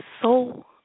soul